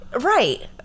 right